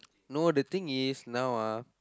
no the thing is now ah